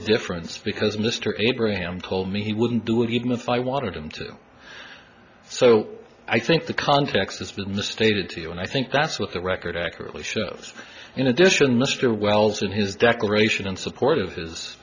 difference because mr abraham told me he wouldn't do it even if i wanted him to do so i think the context has been the stated to you and i think that's what the record accurately shows in addition mr wells in his declaration in support of his